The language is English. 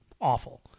Awful